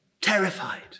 terrified